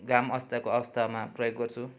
घाम अस्ताएको अवस्थामा प्रयोग गर्छु